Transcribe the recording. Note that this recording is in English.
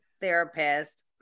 therapist